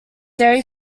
dairy